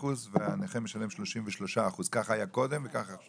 66% והנכה משלם 33%. ככה היה קודם וככה עכשיו.